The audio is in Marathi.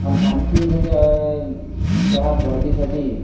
आन आणखी म्हणजे त्या भरतीसाठी